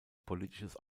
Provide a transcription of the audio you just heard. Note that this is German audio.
politisches